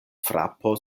frapo